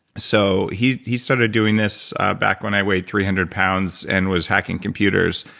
so he he started doing this back when i weighed three hundred pounds and was hacking computers,